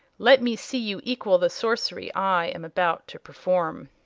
let me see you equal the sorcery i am about to perform.